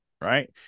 Right